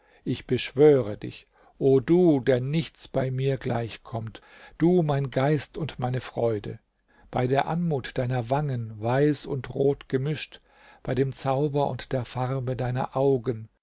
ich beschwöre dich o du der nichts bei mir gleichkommt du mein geist und meine freude bei der anmut deiner wangen weiß und rot gemischt bei dem zauber und der farbe deiner augen